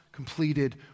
Completed